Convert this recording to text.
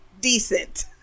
decent